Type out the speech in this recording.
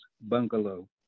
bungalow